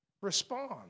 respond